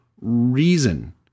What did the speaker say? reason